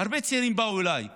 הרבה צעירים באו אליי ואמרו: